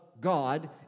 God